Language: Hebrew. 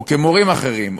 או כמורים אחרים,